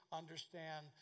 understand